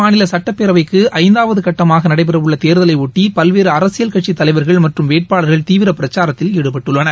மாநிலசுட்டப் பேரவைக்குஐந்தாவதுகட்டமாகநடைபெறஉள்ளதேர்தலைபொட்டி மேற்குவங்க பல்வேறுஅரசியல் கட்சித் தலைவர்கள் மற்றும் வேட்பாளர்கள் தீவிரபிரச்சாரத்தில் ஈடுபட்டுள்ளனர்